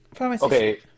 Okay